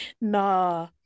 Nah